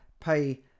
pay